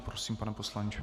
Prosím, pane poslanče.